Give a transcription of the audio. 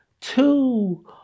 two